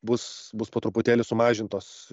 bus bus po truputėlį sumažintos